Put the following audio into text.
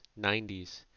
90s